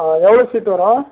எவ்வளோ சீட் வரும்